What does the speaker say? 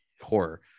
horror